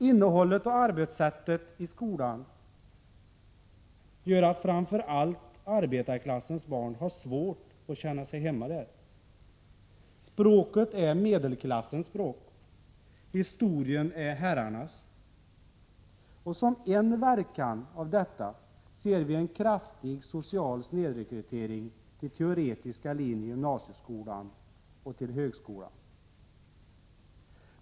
Innehållet och arbetssättet i skolan gör att framför allt arbetarklassens barn har svårt att känna sig hemma där. Språket är medelklassens språk, historien är herrarnas. Och som en verkan av detta ser vi en kraftig social snedrekrytering till de teoretiska linjerna i gymnasieskolan och till högskolan.